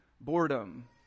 boredom